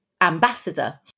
ambassador